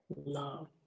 love